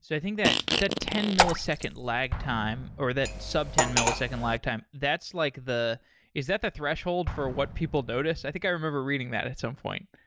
so i think that that ten millisecond lag time, or that sub ten millisecond lag time, that's like the is that the threshold for what people notice? i think i remember reading that at some point.